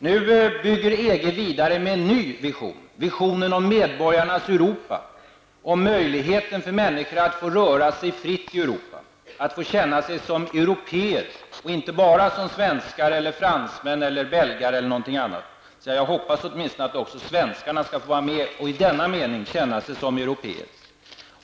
Nu bygger EG vidare med en ny vision, visionen om medborgarnas Europa, om möjligheten för människor att få röra sig fritt i Europa, att få känna sig som européer och inte bara som svenskar eller fransmän eller belgare eller någonting annat. Jag hoppas åtminstone att också svenskarna skall få vara med och i denna mening känna sig som européer.